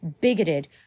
bigoted